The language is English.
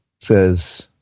says